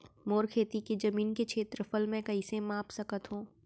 मोर खेती के जमीन के क्षेत्रफल मैं कइसे माप सकत हो?